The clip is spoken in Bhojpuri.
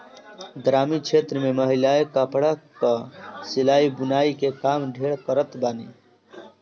ग्रामीण क्षेत्र में महिलायें कपड़ा कअ सिलाई बुनाई के काम ढेर करत बानी